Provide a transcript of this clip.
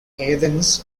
athens